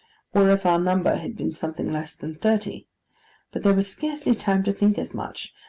or if our number had been something less than thirty but there was scarcely time to think as much,